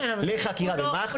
לחקירה במח"ש.